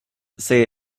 say